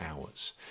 hours